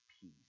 peace